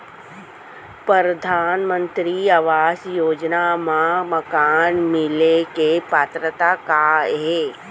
परधानमंतरी आवास योजना मा मकान मिले के पात्रता का हे?